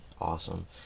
awesome